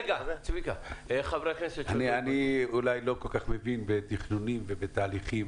אני אולי לא כל כך מבין בתכנונים ובתהליכים.